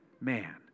man